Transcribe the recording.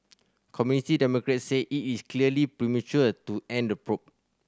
Committee Democrats say it is clearly premature to end the probe